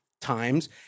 times